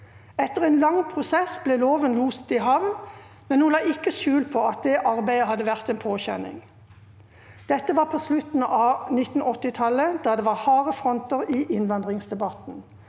Etter en lang prosess ble loven loset i havn, men hun la ikke skjul på at arbeidet hadde vært en påkjenning. Dette var på slutten av 1980-tallet, da det var harde fronter i innvandringsdebatten.